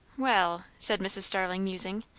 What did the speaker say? well! said mrs. starling, musing,